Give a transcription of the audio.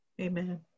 Amen